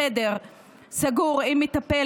בחדר סגור עם מטפל,